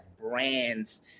brands